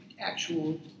actual